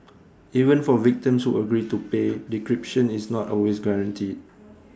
even for victims who agree to pay decryption is not always guaranteed